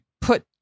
put